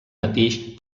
mateix